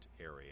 area